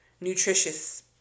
Nutritious